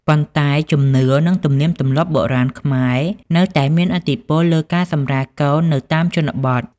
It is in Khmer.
ប៉ុន្តែ ជំនឿ និងទំនៀមទម្លាប់បុរាណខ្មែរនៅតែមានឥទ្ធិពលលើការសម្រាលកូននៅតាមជនបទ។